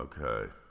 Okay